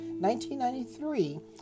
1993